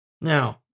Now